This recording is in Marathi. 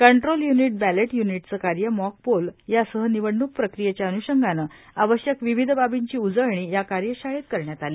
कंट्रोल य्निट बॅलेट य्निटचं कार्य मॉकपोल यासह निवडणूक प्रक्रियेच्या अन्षंगानं आवश्यक विविध बाबींची उजळणी या कार्यशाळेत करण्यात आली